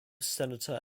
senator